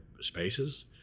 spaces